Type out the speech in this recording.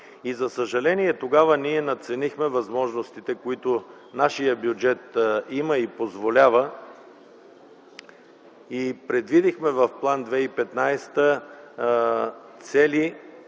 за съжаление тогава ние надценихме възможностите, които нашият бюджет има и позволява и предвидихме в План 2015 цели,